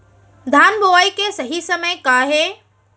धान बोआई के सही समय का हे?